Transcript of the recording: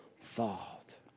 thought